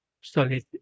solid